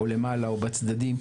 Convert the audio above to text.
למעלה או בצדדים.